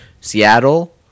Seattle